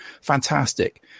fantastic